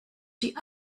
die